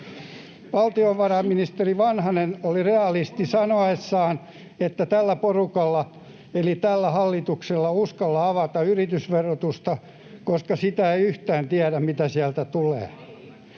Valtiovarainministeri Vanhanen oli realisti sanoessaan, ettei tällä porukalla eli tällä hallituksella uskalla avata yritysverotusta, koska sitä ei yhtään tiedä, mitä sieltä tulee.